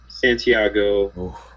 Santiago